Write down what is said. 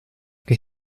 que